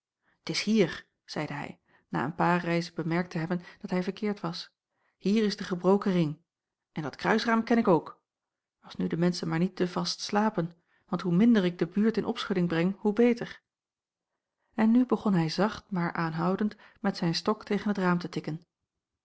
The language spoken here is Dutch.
t is hier zeide hij na een paar reizen bemerkt te hebben dat hij verkeerd was hier is de gebroken ring en dat kruisraam ken ik ook als nu de menschen maar niet te vast slapen want hoe minder ik de buurt in opschudding breng hoe beter en nu begon hij zacht maar aanhoudend met zijn stok tegen het raam te tikken